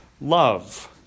love